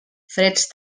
freds